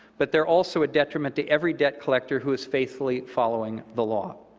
but they are also a detriment to every debt collector who is faithfully following the law.